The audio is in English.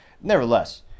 nevertheless